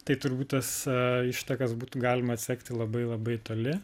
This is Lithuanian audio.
tai turbūt tas ištakas būtų galima atsekti labai labai toli